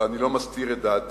ואני לא מסתיר את דעתי,